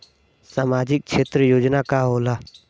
सामाजिक क्षेत्र योजना का होला?